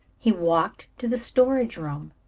he walked to the storage room.